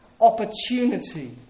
opportunity